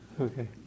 Okay